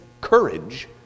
courage